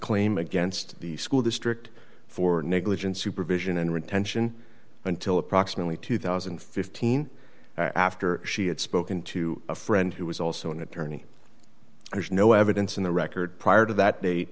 claim against the school district for negligent supervision and retention until approximately two thousand and fifteen after she had spoken to a friend who was also an attorney there's no evidence in the record prior to that da